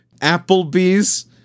Applebee's